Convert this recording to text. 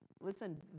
Listen